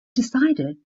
decided